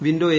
window A